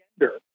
gender